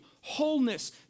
wholeness